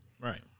Right